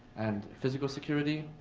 and physical security.